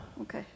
Okay